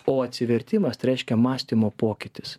o atsivertimas tai reiškia mąstymo pokytis